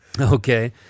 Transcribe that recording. Okay